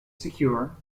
secure